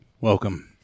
Welcome